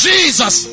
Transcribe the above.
Jesus